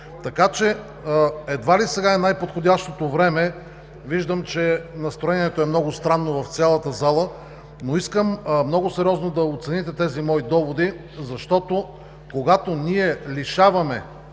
ние. Едва ли сега е най-подходящото време, виждам, че настроението е много странно в цялата зала, но искам много сериозно да оцените тези мои доводи, защото когато лишаваме